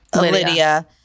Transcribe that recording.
Lydia